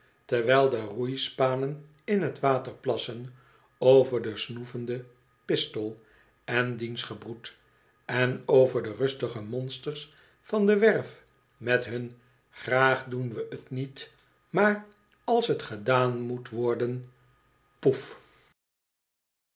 terwijl de roeispanen in t water plassen over den snoevenden pistol en diens gebroed en over de rustige monsters van de werf met hun graag doen we t niet maar als t gedaan moet worden poef